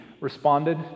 responded